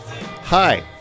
Hi